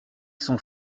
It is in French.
son